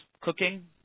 cooking